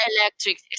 Electric